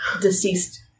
deceased